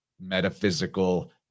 metaphysical